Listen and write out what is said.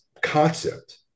concept